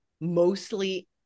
mostly